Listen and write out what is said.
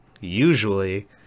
usually